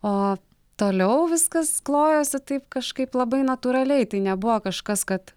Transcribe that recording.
o toliau viskas klojosi taip kažkaip labai natūraliai tai nebuvo kažkas kad